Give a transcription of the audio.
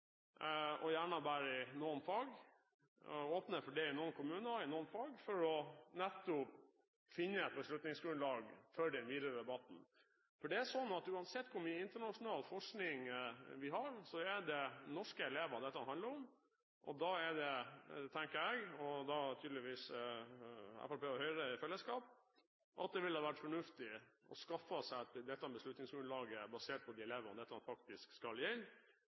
i noen fag, og åpne for det i noen kommuner i noen fag for nettopp å finne et beslutningsgrunnlag for den videre debatten. Det er slik at uansett hvor mye internasjonal forskning vi har, er det norske elever dette handler om. Da ville det, tenker jeg – og tydeligvis Fremskrittspartiet og Høyre i fellesskap – ha vært fornuftig å skaffe seg dette beslutningsgrunnlaget basert på de elevene dette faktisk skal gjelde.